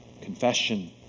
confession